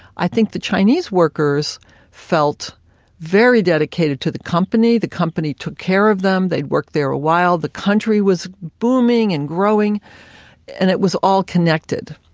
i think the chinese workers felt very dedicated to the company. the company took care of them, they'd worked there for a while, the country was booming and growing and it was all connected.